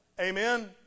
amen